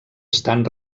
estan